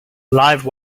live